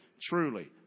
truly